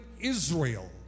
Israel